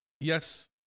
yes